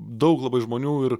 daug labai žmonių ir